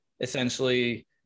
essentially